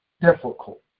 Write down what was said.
difficult